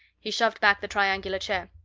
he shoved back the triangular chair.